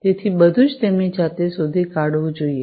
તેથી બધું જ તેમની જાતે શોધી કાઢવું જોઈએ